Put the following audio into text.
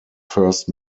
first